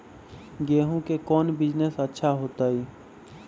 गेंहू के कौन बिजनेस अच्छा होतई?